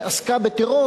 שעסקה בטרור,